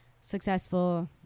successful